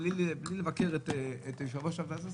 בלי לבקר את יושב-ראש ועדת הכספים,